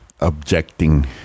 objecting